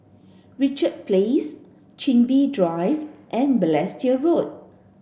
Richard Place Chin Bee Drive and Balestier Road